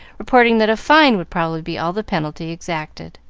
reporting that a fine would probably be all the penalty exacted,